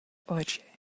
oye